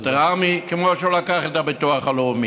את רמ"י, כמו שהוא לקח את הביטוח הלאומי.